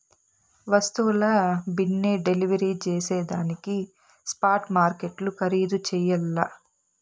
వస్తువుల బిన్నే డెలివరీ జేసేదానికి స్పాట్ మార్కెట్లు ఖరీధు చెయ్యల్ల